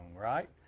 right